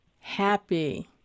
happy